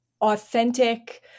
authentic